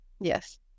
Yes